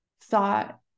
thought